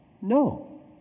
No